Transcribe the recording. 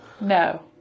No